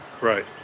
right